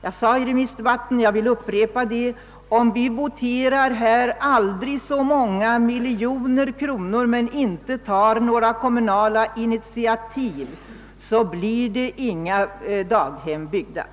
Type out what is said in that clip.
Jag sade i remissdebatten, och jag vill upprepa det här: Om vi voterar här i riksdagen många miljoner kronor men inte tar några kommunala initiativ blir det inget daghemsbyggande.